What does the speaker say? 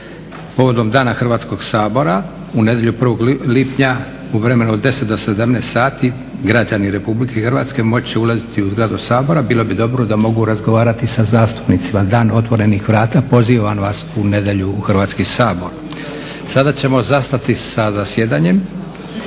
povodom Dana Hrvatskog sabora u nedjelju 1.lipnja u vremenu od 10,00 do 17,00 sati građani RH moći će ulaziti u zgradu Sabora. Bilo bi dobro da mogu razgovarati sa zastupnicima, Dan otvorenih vrata. Pozivam vas u nedjelju u Hrvatski sabor. Sada ćemo zastati sa zasjedanjem.